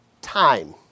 time